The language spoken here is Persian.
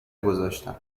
گذاشتم